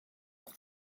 und